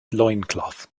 loincloth